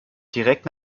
direkt